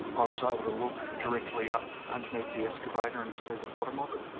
i was able to look directly up underneath the excavator and see the bottom of it.